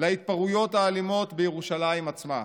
להתפרעויות האלימות בירושלים עצמה.